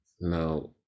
Now